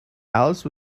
alice